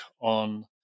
on